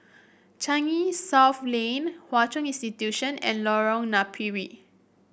Changi South Lane Hwa Chong Institution and Lorong Napiri